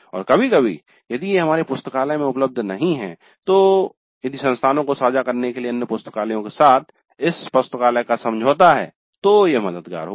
और कभी कभी यदि ये हमारे पुस्तकालय में उपलब्ध नहीं है तो यदि संसाधनों को साझा करने के लिए अन्य पुस्तकालयों के साथ इस पुस्तकालय का समझौता है तो यह मददगार होगा